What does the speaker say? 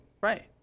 Right